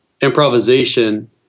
improvisation